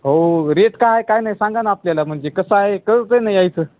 हो रेट काय आहे काय नाही सांगा ना आपल्याला म्हणजे कसंय कळलं का नाही यायचं